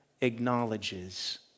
acknowledges